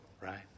right